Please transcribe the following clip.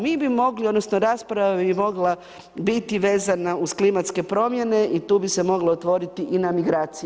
Mi bi mogli, odnosno rasprava bi mogla biti vezana uz klimatske promjene i tu bi se moglo otvoriti i na migracje.